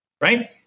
right